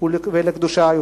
ולקדושה יותר.